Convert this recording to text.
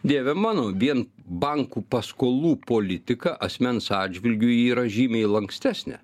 dieve mano vien bankų paskolų politika asmens atžvilgiu yra žymiai lankstesnė